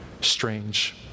strange